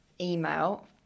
email